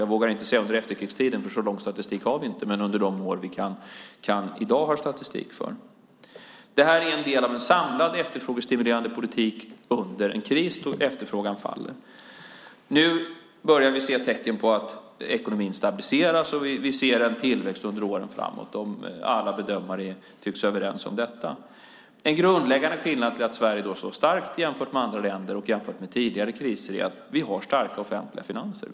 Jag vågar inte säga under efterkrigstiden, för vi har inte statistik så långt tillbaka, men det gäller i alla fall de år vi har statistik för. Det är en del av en samlad efterfrågestimulerande politik under en kris då efterfrågan faller. Nu börjar vi se tecken på att ekonomin stabiliseras, och vi ser en tillväxt under åren framåt. Alla bedömare tycks vara överens om detta. En grundläggande orsak till att Sverige står starkt jämfört med andra länder och jämfört med tidigare kriser är att vi har starka offentliga finanser.